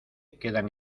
quedan